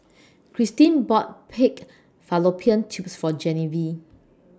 Krystin bought Pig Fallopian Tubes For Genevieve